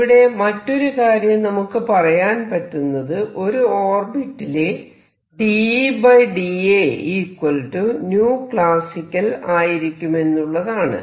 ഇവിടെ മറ്റൊരു കാര്യം നമുക്ക് പറയാൻ പറ്റുന്നത് ഒരു ഓർബിറ്റിലെ ആയിരിക്കുമെന്നുള്ളതാണ്